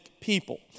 people